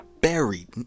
buried